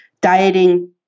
dieting